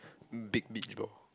um big beach ball